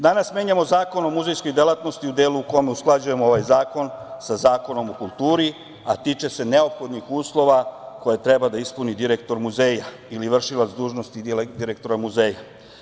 Danas menjamo Zakon o muzejskoj delatnosti u delu u kome usklađujemo ovaj zakon sa Zakonom o kulturi, a tiče se neophodnih uslova koje treba da ispuni direktor muzeja ili vršilac dužnosti direktora muzeja.